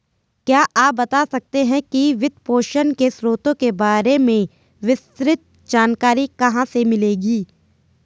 क्या आप बता सकते है कि वित्तपोषण के स्रोतों के बारे में विस्तृत जानकारी कहाँ से मिलेगी?